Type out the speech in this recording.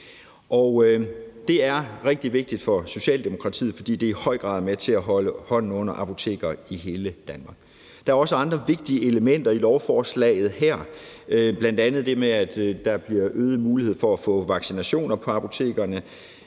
Det er rigtig vigtigt for Socialdemokratiet, fordi det i høj grad er med til at holde hånden under apoteker i hele Danmark. Der er også andre vigtige elementer i lovforslaget her, bl.a. det med, at der bliver øget mulighed for at få vaccinationer på apotekerne.